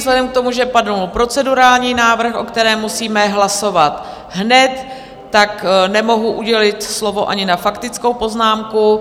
Vzhledem k tomu, že padl procedurální návrh, o kterém musíme hlasovat hned, nemohu udělit slovo ani na faktickou poznámku.